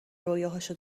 رویاهاشو